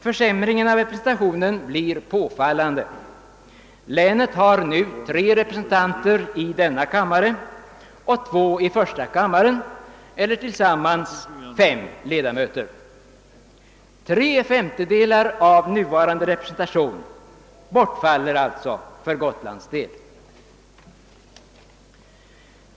Försämringen i representationen blir påfallande. Länet har nu tre representanter i denna kammare och två i första kammaren, tillsammans fem ledamöter. Tre femtedelar av nuvarande representation bortfaller alltså för Gotlands län.